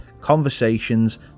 conversations